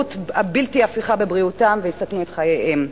ההידרדרות הבלתי הפיכה בבריאותם שתסכן את חייהם.